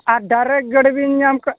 ᱟᱨ direct garden ᱧᱟᱢ ᱠᱟᱜ